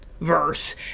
verse